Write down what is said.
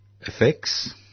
effects